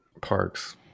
Parks